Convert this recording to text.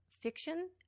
fiction